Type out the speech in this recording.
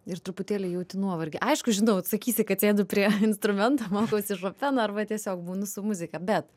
ir truputėlį jauti nuovargį aišku žinau atsakysi kad sėdi prie instrumento mokaisi šopeno arba tiesiog būnu su muzika bet